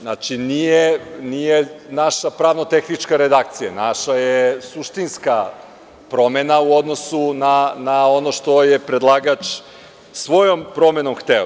Znači, nije naša pravno-tehnička redakcija, naša je suštinska promena u odnosu na ono što je predlagač svojom promenom hteo.